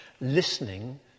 listening